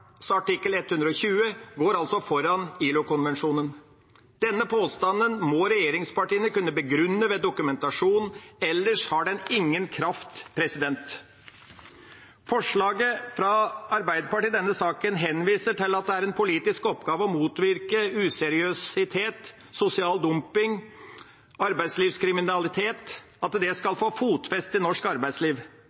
artikkel 120 går foran ILO-konvensjonen. Denne påstanden må regjeringspartiene kunne begrunne ved dokumentasjon, ellers har den ingen kraft. Forslaget fra Arbeiderpartiet i denne saken henviser til at det er en politisk oppgave å motvirke at useriøsitet, sosial dumping og arbeidslivskriminalitet skal få fotfeste i norsk arbeidsliv.